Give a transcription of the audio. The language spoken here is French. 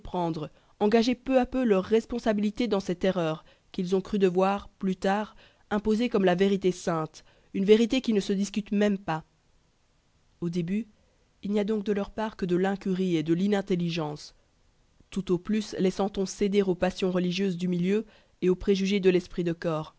engager peu à peu leur responsabilité dans cette erreur qu'ils ont cru devoir plus tard imposer comme la vérité sainte une vérité qui ne se discute même pas au début il n'y a donc de leur part que de l'incurie et de l'inintelligence tout au plus les sent-on céder aux passions religieuses du milieu et aux préjugés de l'esprit de corps